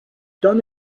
done